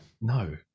No